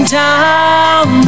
down